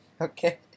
Okay